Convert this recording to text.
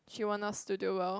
she want us to do well